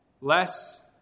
less